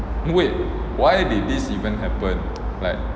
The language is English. wait why did this even happen like